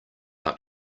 out